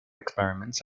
experiments